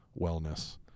wellness